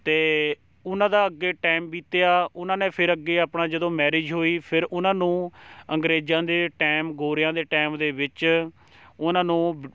ਅਤੇ ਉਹਨਾਂ ਦਾ ਅੱਗੇ ਟਾਇਮ ਬੀਤਿਆ ਉਹਨਾਂ ਨੇ ਫਿਰ ਅੱਗੇ ਆਪਣਾ ਜਦੋਂ ਮੈਰਿਜ ਹੋਈ ਫਿਰ ਉਹਨਾਂ ਨੂੰ ਅੰਗਰੇਜ਼ਾਂ ਦੇ ਟਾਇਮ ਗੋਰਿਆਂ ਦੇ ਟਾਇਮ ਦੇ ਵਿੱਚ ਉਹਨਾਂ ਨੂੰ